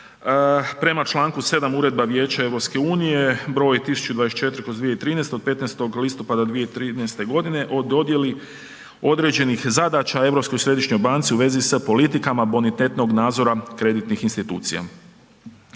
Prema čl. 7. Uredba Vijeća EU br. 1024/2013 od 15. listopada 2013.g. o dodijeli određenih zadaća Europskoj središnjoj banci u vezi sa politikama bonitetnog nadzora kreditnih institucija.